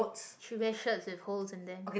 she wear shirts with holes in them